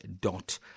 dot